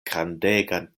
grandegan